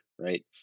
right